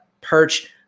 perch